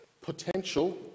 potential